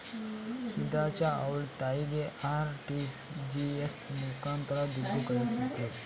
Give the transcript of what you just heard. ಸುಜಾತ ಅವ್ಳ ತಾಯಿಗೆ ಆರ್.ಟಿ.ಜಿ.ಎಸ್ ಮುಖಾಂತರ ದುಡ್ಡು ಕಳಿಸಿದ್ಲು